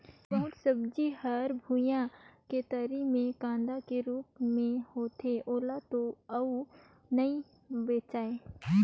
बहुत सब्जी हर भुइयां के तरी मे कांदा के रूप मे होथे ओला तो अउ नइ बचायें